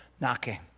knocking